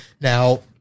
now